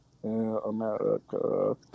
America